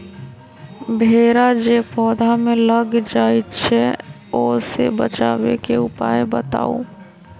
भेरा जे पौधा में लग जाइछई ओ से बचाबे के उपाय बताऊँ?